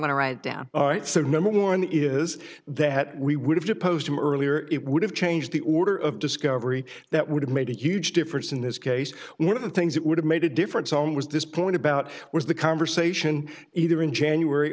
to write down the number one is that we would have to post him earlier it would have changed the order of discovery that would have made a huge difference in this case one of the things that would have made a difference on was this point about was the conversation either in january